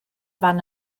fan